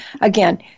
again